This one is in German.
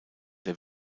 der